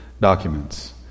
documents